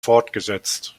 fortgesetzt